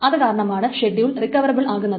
അതുകാരണമാണ് schedule recoverable ആകുന്നത്